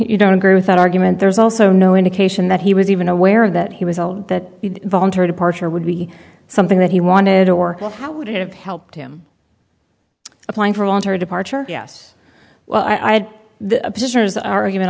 you don't agree with that argument there's also no indication that he was even aware that he was all that voluntary departure would be something that he wanted or how would it have helped him applying for all her departure yes well i